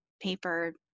paper